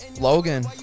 logan